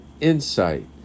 insight